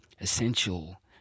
essential